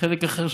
וחלק אחר,